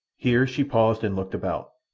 here she paused and looked about,